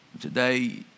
Today